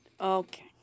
Okay